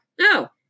No